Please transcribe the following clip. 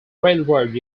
railroad